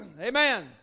Amen